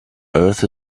earth